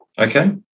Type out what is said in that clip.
Okay